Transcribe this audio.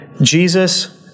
Jesus